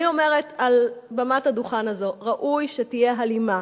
אני אומרת מעל בימת הדוכן הזאת: ראוי שתהיה הלימה.